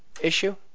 issue